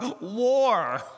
war